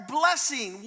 blessing